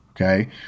okay